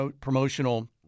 promotional